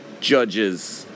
Judges